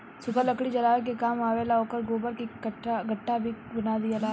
सुखल लकड़ी जरावे के काम आवेला आउर गोबर के गइठा भी बना दियाला